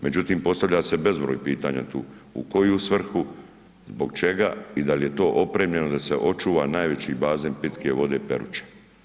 Međutim, postavlja se bezbroj pitanja tu, u koju svrhu, zbog čega i dal je to opremljeno da se očuva najveći bazen pitke vode Peruča.